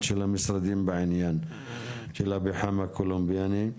של המשרדים לגבי הפחם הקולומביאני.